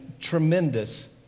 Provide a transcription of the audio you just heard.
tremendous